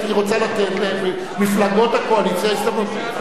אני רוצה לתת למפלגות הקואליציה הזדמנות.